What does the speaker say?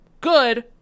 good